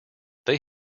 they